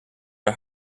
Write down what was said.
are